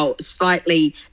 slightly